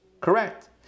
correct